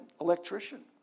electrician